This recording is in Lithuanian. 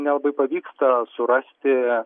nelabai pavyksta surasti